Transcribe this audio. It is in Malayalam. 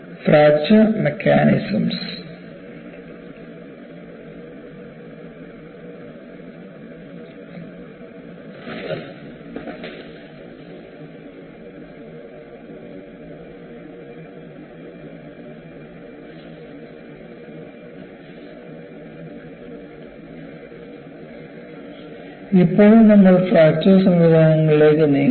ഫ്രാക്ചർ മെക്കാനിസംസ് ഇപ്പോൾ നമ്മൾ ഫ്രാക്ചർ സംവിധാനങ്ങളിലേക്ക് നീങ്ങുന്നു